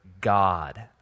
God